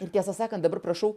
ir tiesą sakant dabar prašau